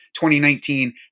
2019